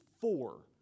four